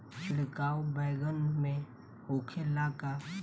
छिड़काव बैगन में होखे ला का?